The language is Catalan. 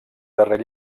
darrer